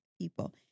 people